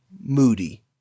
Moody